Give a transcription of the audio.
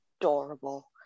adorable